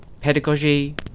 pedagogy